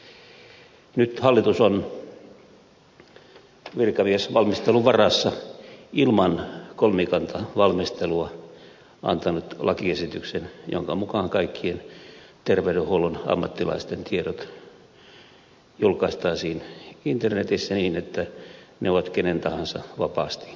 nyt hallitus on virkamiesvalmistelun varassa ilman kolmikantavalmistelua antanut lakiesityksen jonka mukaan kaikkien terveydenhuollon ammattilaisten tiedot julkaistaisiin internetissä niin että ne ovat kenen tahansa vapaasti saatavissa